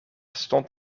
stond